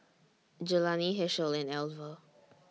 Jelani Hershel and Alver